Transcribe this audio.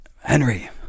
henry